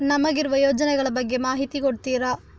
ನಮಗಿರುವ ಯೋಜನೆಗಳ ಬಗ್ಗೆ ಮಾಹಿತಿ ಕೊಡ್ತೀರಾ?